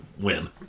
win